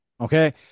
okay